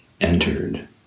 entered